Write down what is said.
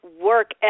work